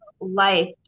life